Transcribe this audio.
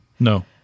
No